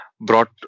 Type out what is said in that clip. brought